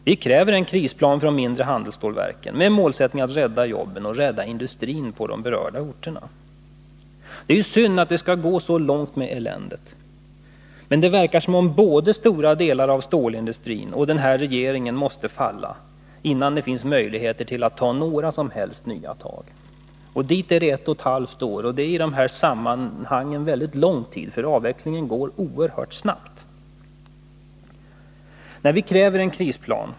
Vi kräver en krisplan för de mindre handelsstålverken med målsättningen att rädda jobben och industrin på de berörda orterna. Det är synd att det skall gå så långt med eländet, men det verkar som om både stora delar av stålindustrin och den här regeringen måste falla innan det blir möjligt att ta några nya tag. Dit är det ett och ett halvt år. Det är en i detta sammanhang mycket lång tid — avvecklingen går oerhört snabbt. Vi kräver en krisplan.